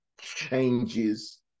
changes